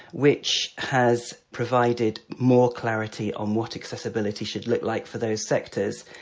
which has provided more clarity on what accessibility should look like for those sectors.